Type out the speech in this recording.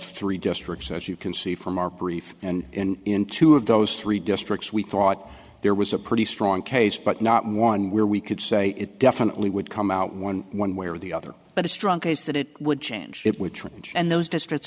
three districts as you can see from our brief and in in two of those three districts we thought there was a pretty strong case but not one where we could say it definitely would come out one one way or the other but a strong case that it would change it which wouldn't and those districts